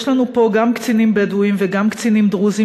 יש לנו פה גם קצינים בדואים וגם קצינים דרוזים